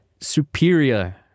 superior